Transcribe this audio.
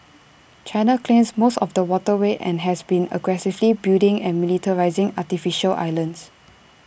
China claims most of the waterway and has been aggressively building and militarising artificial islands